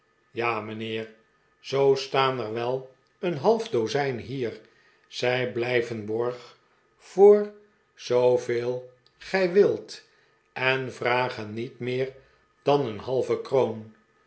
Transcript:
ja mijnheer zoo staan er wel een half dozijn hier zij blijven borg voor zoo veel gij wilt en vragen niet meer dan een halve kroon